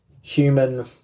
human